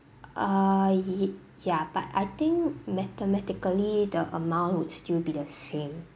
err ye~ ya but I think mathematically the amount would still be the same